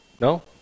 No